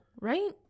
right